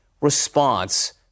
response